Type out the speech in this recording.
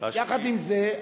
יחד עם זה,